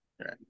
Right